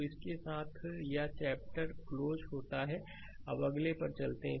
slide समय देखें 2518 तो इसके साथ या चैप्टर क्लोज होता है अब अगले पर चलते हैं